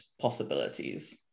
possibilities